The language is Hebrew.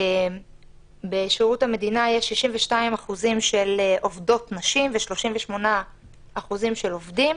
בשירות המדינה יש 62% עובדות נשים ו-38% עובדים.